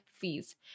fees